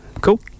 Cool